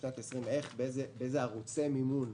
בשנת 20 באיזה ערוצי מימון.